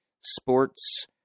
sports